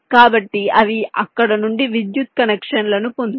కాబట్టి అవి అక్కడ నుండి విద్యుత్ కనెక్షన్లను పొందుతాయి